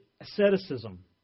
asceticism